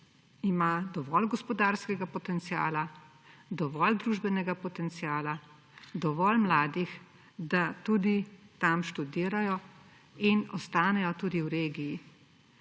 Ima dovolj gospodarskega potenciala, dovolj družbenega potenciala, dovolj mladih, da tudi tam študirajo in ostanejo tudi v regiji.